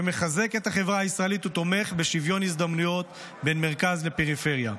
שמחזק את החברה הישראלית ותומך בשוויון ההזדמנויות בין מרכז לפריפריה.